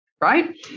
Right